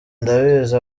ndabizi